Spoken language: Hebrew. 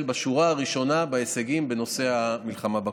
בשורה הראשונה בהישגים במלחמה בקורונה.